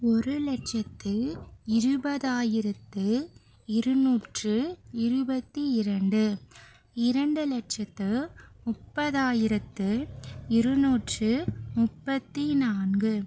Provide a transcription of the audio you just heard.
ஒரு லட்சத்து இருபதாயிரத்து இருநூற்று இருபத்தி இரண்டு இரண்டு லட்சத்து முப்பதாயிரத்து இருநூற்றி முப்பத்தி நான்கு